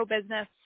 business